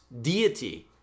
deity